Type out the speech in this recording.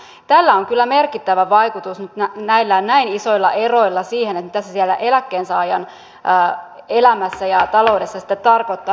näin isoilla eroilla on kyllä merkittävä vaikutus siihen mitä se siellä eläkkeensaajan elämässä ja taloudessa sitten tarkoittaa